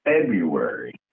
February